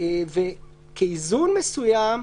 כאיזון מסוים,